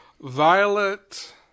Violet